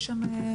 יש שם -?